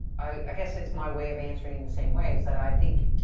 i, i guess it's my way of answering the same way, is that i think.